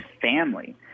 family